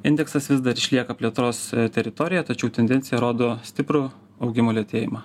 indeksas vis dar išlieka plėtros teritorija tačiau tendencija rodo stiprų augimo lėtėjimą